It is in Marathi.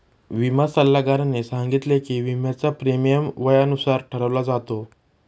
विमा सल्लागाराने सांगितले की, विम्याचा प्रीमियम वयानुसार ठरवला जातो